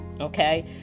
Okay